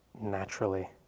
naturally